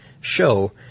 show